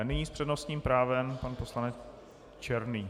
Nyní s přednostním právem pan poslanec Černý.